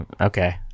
Okay